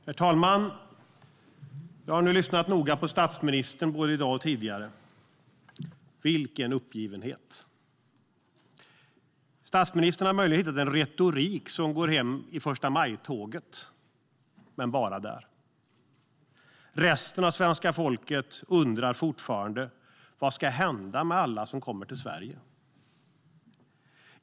Herr talman! Jag har lyssnat noga på statsministern både i dag och tidigare. Vilken uppgivenhet! Statsministern har möjligen hittat en retorik som går hem i förstamajtåget, men bara där. Resten av svenska folket undrar fortfarande vad som ska hända med alla som kommer till Sverige.